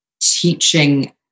teaching